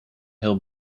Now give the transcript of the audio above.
heel